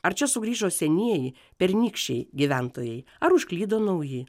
ar čia sugrįžo senieji pernykščiai gyventojai ar užklydo nauji